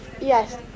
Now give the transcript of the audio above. Yes